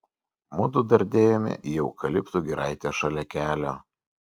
mudu dardėjome į eukaliptų giraitę šalia kelio